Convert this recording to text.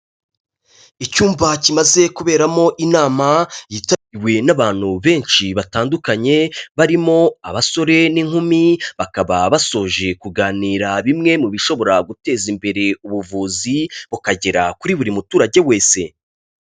Icyumba kimaze kuberamo inama yitabiriwe n'abantu benshi batandukanye, barimo abasore n'inkumi, bakaba basoje kuganira bimwe mu bishobora guteza imbere ubuvuzi, bukagera kuri buri muturage wese.